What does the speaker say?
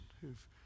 who've